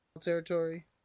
territory